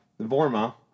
Vorma